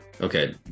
okay